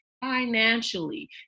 Financially